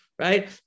right